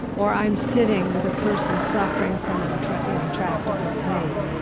or i'm sitting with a person suffering from and intractable pain,